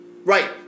Right